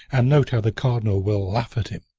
and note how the cardinal will laugh at him.